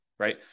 Right